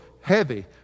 heavy